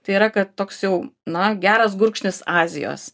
tai yra kad toks jau na geras gurkšnis azijos